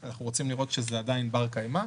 אנחנו רוצים לראות שזה עדיין בר קיימא,